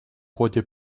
ходе